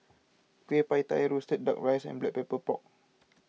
Kueh Pie Tee Roasted Duck Rice and Black Pepper Pork